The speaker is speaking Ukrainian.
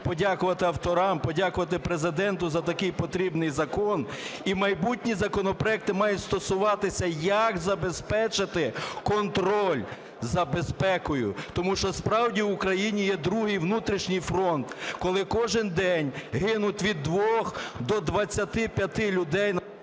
Подякувати авторам, подякувати Президенту за такий потрібний закон. І майбутні законопроекти мають стосуватися, як забезпечити контроль за безпекою. Тому що справді в Україні є другий, внутрішній фронт, коли кожен день гинуть від 2-х до 25 людей…